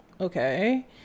Okay